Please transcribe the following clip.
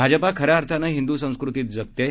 भाजपा खऱ्या अर्थानं हिंदू संस्कृतीत जगत आहे